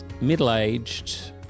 middle-aged